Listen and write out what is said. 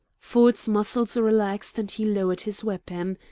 ford's muscles relaxed, and he lowered his weapon.